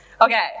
Okay